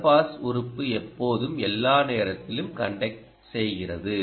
தொடர் பாஸ் உறுப்பு எப்போதும் எல்லா நேரத்திலும் கன்டக்ட் செய்கிறது